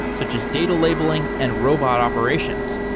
such as data labeling and robot operations.